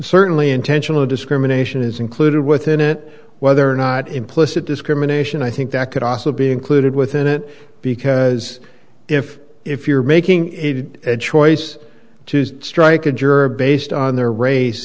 certainly intentional discrimination is included within it whether or not implicit discrimination i think that could also be included within it because if if you're making a good edge choice to strike a juror based on their race